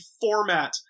format